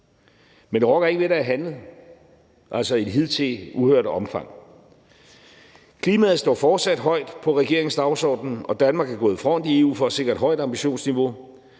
Men det rokker ikke ved, at der er handlet i et hidtil uhørt omfang. Klimaet står fortsat højt på regeringens dagsorden, og Danmark er gået i front i EU for at sikre et højt ambitionsniveau.